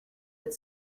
but